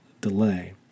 delay